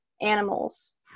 animals